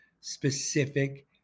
specific